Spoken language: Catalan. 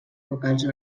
vocals